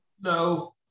No